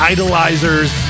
Idolizers